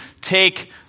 take